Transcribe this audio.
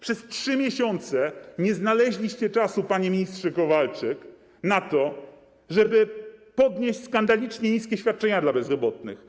Przez 3 miesiące nie znaleźliście czasu, panie ministrze Kowalczyk, na to, żeby podnieść skandalicznie niskie świadczenia dla bezrobotnych.